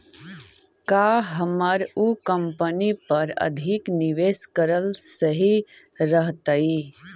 का हमर उ कंपनी पर अधिक निवेश करल सही रहतई?